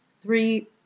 Three